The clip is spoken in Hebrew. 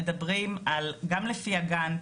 גם לפי הגאנט,